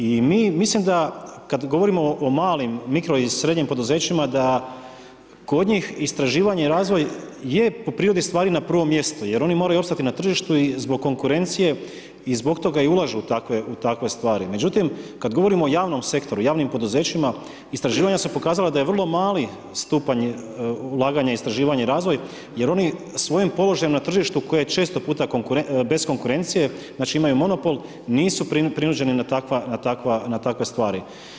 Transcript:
I mi mislim da kad govorimo o malim, mikro i srednjim poduzećima da kod istraživanje i razvoj je po prirodi stvari na prvom mjestu jer oni moraju opstati na tržištu i zbog konkurencije i zbog toga i ulažu u takve stvari, međutim kad govorimo o javnom sektoru, javnim poduzećima, istraživanja su pokazala da je vrlo mali stupanj ulaganja istraživanja i razvoj jer oni svojim položajem na tržištu koje je često puta bez konkurencije, znači imaju monopol, nisu prinuđeni na takve stvari.